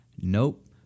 Nope